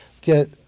get